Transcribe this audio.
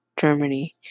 Germany